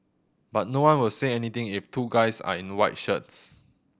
but no one will say anything if two guys are in white shirts